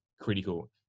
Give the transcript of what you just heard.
critical